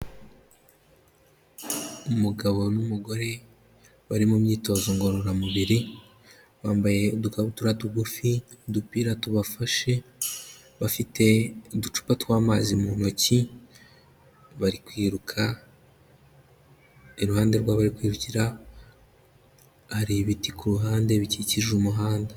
Umugabo n'umugore bari mu myitozo ngororamubiri, bambaye udukabutura tugufi n'udupira tubafashe, bafite uducupa tw'amazi mu ntoki bari kwiruka, iruhande rw'aho kwibukira hari ibiti ku ruhande bikikije umuhanda.